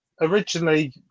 originally